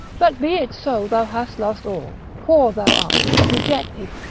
but be it so thou hast lost all, poor thou art, dejected,